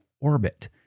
orbit